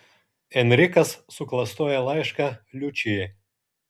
enrikas suklastoja laišką liučijai